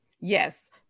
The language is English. Yes